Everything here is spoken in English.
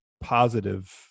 positive